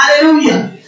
Hallelujah